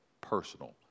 personal